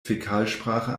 fäkalsprache